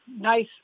nice